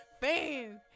Fans